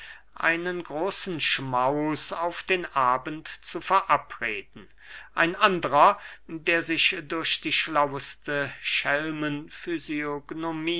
einen großen schmaus auf den abend zu verabreden ein anderer der sich durch die schlaueste